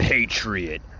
Patriot